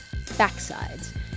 Backsides